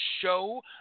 show